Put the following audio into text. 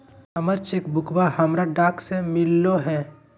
हमर चेक बुकवा हमरा डाक से मिललो हे